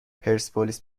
پرسپولیس